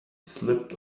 slipped